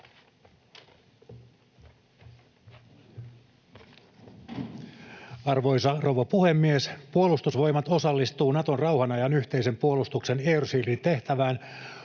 Arvoisa rouva puhemies! Puolustusvoimat osallistuu Naton rauhanajan yhteisen puolustuksen air shielding ‑tehtävään